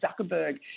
Zuckerberg